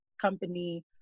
company